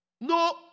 No